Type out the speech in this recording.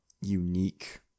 unique